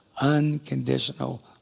unconditional